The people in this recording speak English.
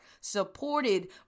supported